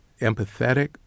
empathetic